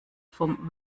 vom